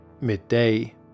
Midday